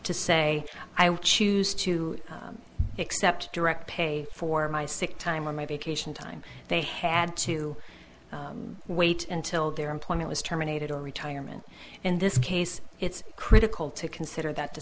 to say i would choose to accept direct pay for my sick time on my vacation time they had to wait until their employment was terminated or retirement in this case it's critical to consider t